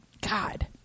God